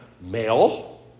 male